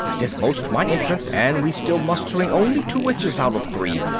tis most my entrance and we still mustering only two witches out of three!